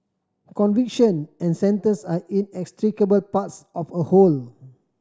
conviction and sentence are inextricable parts of a whole